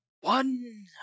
One